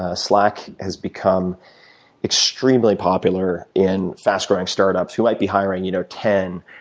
ah slack has become extremely popular in fast-growing startups who might be hiring you know ten,